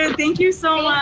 and thank you so